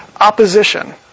opposition